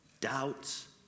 doubts